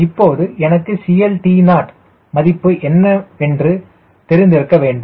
இப்போது எனக்கு CLT0 மதிப்பு என்ன என்று தெரிந்து இருக்க வேண்டும்